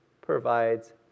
provides